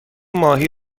ماهی